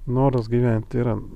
noras gyventi yra